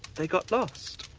they got lost.